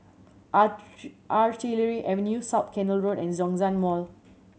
Artillery Avenue South Canal Road and Zhongshan Mall